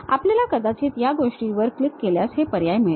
आपल्याला कदाचित या गोष्टींवर क्लिक केल्यास हे पर्याय मिळतील